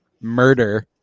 murder